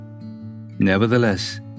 Nevertheless